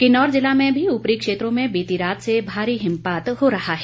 किन्नौर जिला में भी ऊपरी क्षेत्रों में बीती रात से भारी हिमपात हो रहा है